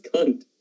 Cunt